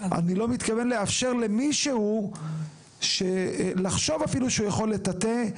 אני לא מתכוון לאפשר למישהו לחשוב אפילו שהוא יכול לטאטא.